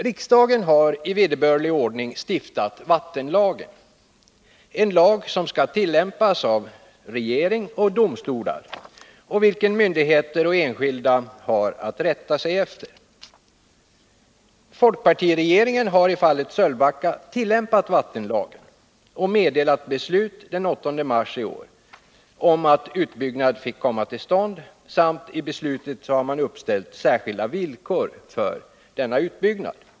Riksdagen har i vederbörlig ordning stiftat vattenlagen, en lag som skall tillämpas av regering och domstolar och vilken myndigheter och enskilda har att rätta sig efter. Folkpartiregeringen har i fallet Sölvbacka tillämpat vattenlagen och meddelat beslut den 8 mars i år om att utbyggnad fick komma till stånd. I beslutet har det också uppställts särskilda villkor för utbyggnaden.